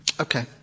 Okay